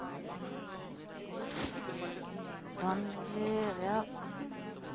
ᱫᱷᱚᱱ ᱫᱩᱨᱤᱵ ᱨᱮᱦᱚᱸ ᱚᱱᱟ